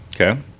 okay